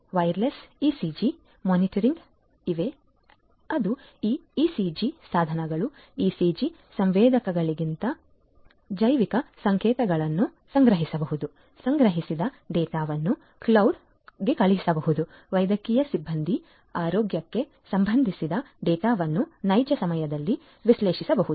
wireless ECG ಮಾನಿಟರ್ಗಳು ಇವೆ ಅದು ಈ ಇಸಿಜಿ ಸಾಧನಗಳು ಇಸಿಜಿ ಸಂವೇದಕಗಳಿಂದ ಜೈವಿಕ ಸಂಕೇತಗಳನ್ನು ಸಂಗ್ರಹಿಸಬಹುದು ಸಂಗ್ರಹಿಸಿದ ಡೇಟಾವನ್ನು ಮೋಡಕ್ಕೆ ಕಳುಹಿಸಬಹುದು ವೈದ್ಯಕೀಯ ಸಿಬ್ಬಂದಿ ಆರೋಗ್ಯಕ್ಕೆ ಸಂಬಂಧಿಸಿದ ಡೇಟಾವನ್ನು ನೈಜ ಸಮಯದಲ್ಲಿ ವಿಶ್ಲೇಷಿಸಬಹುದು